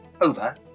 over